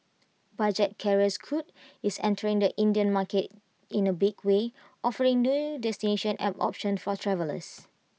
budget carrier scoot is entering the Indian market in A big way offering new destinations and options for travellers